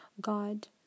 God